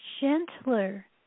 gentler